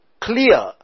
clear